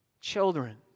Children